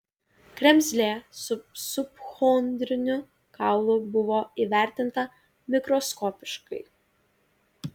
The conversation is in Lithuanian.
kremzlė su subchondriniu kaulu buvo įvertinta mikroskopiškai